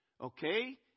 okay